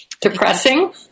Depressing